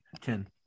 ten